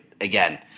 again